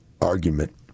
argument